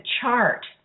chart